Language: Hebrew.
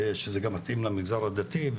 שזה גם מתאים למגזר הדתי.